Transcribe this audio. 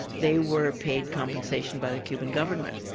they were paid compensation by the cuban government.